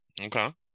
Okay